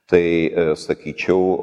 tai sakyčiau